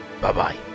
Bye-bye